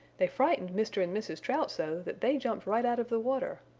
they frightened mr. and mrs. trout so that they jumped right out of the water.